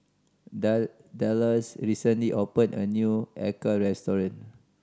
Dallas recently opened a new acar restaurant